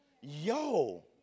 Yo